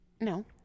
No